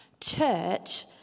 Church